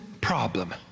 problem